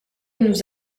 nous